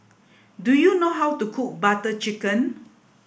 do you know how to cook Butter Chicken